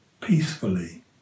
peacefully